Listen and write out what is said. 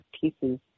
pieces